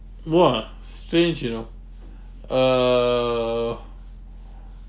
!wah! strange you know uh